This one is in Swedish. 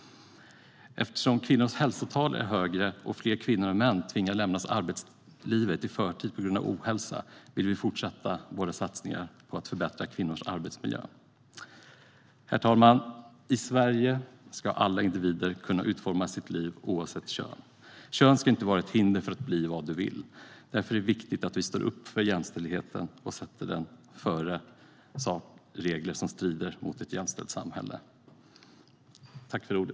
Eftersom kvinnors ohälsotal är högre och fler kvinnor än män tvingas lämna arbetslivet i förtid på grund av ohälsa vill vi fortsätta våra satsningar på att förbättra kvinnors arbetsmiljö. Herr talman! I Sverige ska alla individer kunna utforma sitt liv oavsett kön. Kön ska inte vara ett hinder för att man ska kunna bli vad man vill. Därför är det viktigt att vi står upp för jämställdheten och sätter den före regler som strider mot ett jämställt samhälle.